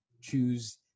choose